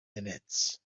minutes